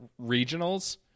regionals